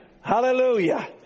Hallelujah